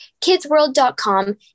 KidsWorld.com